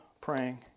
praying